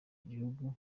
igihugu